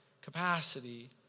capacity